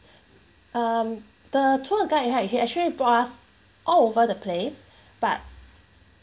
um the tour guide right he actually brought us all over the place but